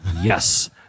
Yes